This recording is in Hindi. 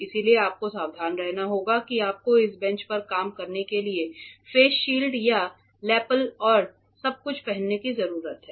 इसलिए आपको सावधान रहना होगा कि आपको इस बेंच पर काम करने के लिए फेस शील्ड और लैपल और सब कुछ पहनने की जरूरत है